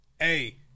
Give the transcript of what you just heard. Hey